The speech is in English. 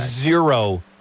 zero